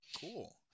Cool